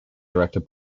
directed